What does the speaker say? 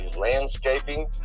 landscaping